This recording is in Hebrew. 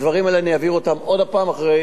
הדברים האלה, אני אבהיר אותם עוד הפעם אחרי